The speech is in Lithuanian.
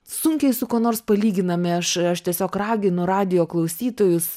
sunkiai su kuo nors palyginami aš aš tiesiog raginu radijo klausytojus